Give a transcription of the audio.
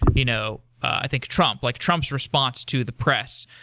you know i think, trump, like trump's response to the press.